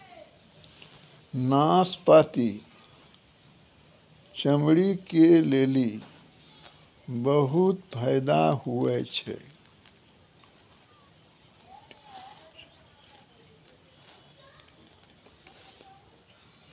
नाशपती चमड़ी के लेली बहुते फैदा हुवै छै